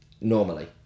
normally